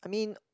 I mean